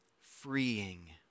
freeing